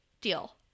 Deal